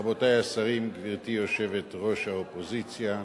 רבותי השרים, גברתי יושבת-ראש האופוזיציה,